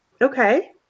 Okay